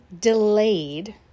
delayed